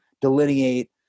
delineate